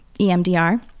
EMDR